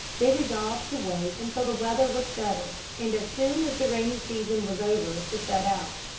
they resolved to wait until the weather was settled and as soon as the rainy season was over to set out.